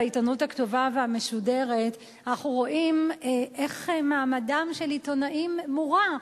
בעיתונות הכתובה והמשודרת אנחנו רואים איך מעמדם של עיתונאים מורע.